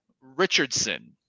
richardson